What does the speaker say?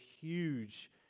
huge